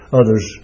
others